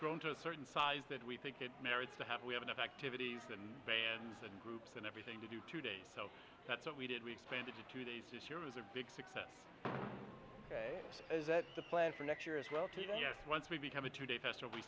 grown to a certain size that we think it merits to have we have enough activities and bands and groups and everything to do today so that's what we did we expanded to two days this year is a big success ok is that the plan for next year as well to us once we become a two day pastor we